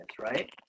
right